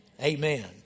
Amen